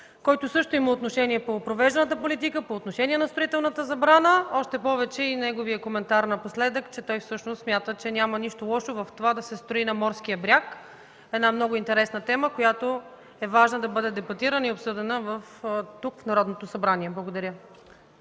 който също има отношение по провежданата политика, по отношение на строителната забрана, още повече и неговият коментар напоследък, че той също смята, че няма нищо лошо в това да се строи на морския бряг – една много интересна тема, която е важно да бъде дискутирана тук, в Народното събрание. Благодаря.